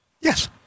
Yes